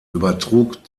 übertrug